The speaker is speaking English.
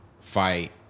fight